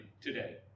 today